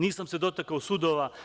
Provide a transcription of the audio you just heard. Nisam se dotakao sudova.